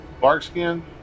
Barkskin